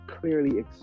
clearly